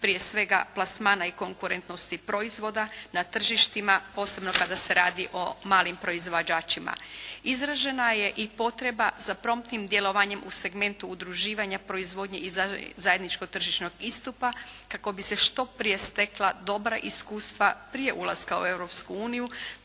prije svega plasmana i konkurentnosti proizvoda na tržištima posebno kada se radi o malim proizvođačima. Izražena je i potrebna za promptnim djelovanjem u segmentu udruživanja proizvodnje i zajedničkog tržišnog istupa kako bi se što prije stekla dobra iskustva prije ulaska u